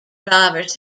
drivers